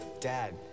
Dad